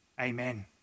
Amen